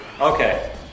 Okay